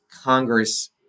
Congress